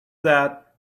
that